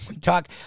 talk